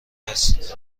است